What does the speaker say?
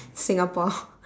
singapore